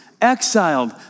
Exiled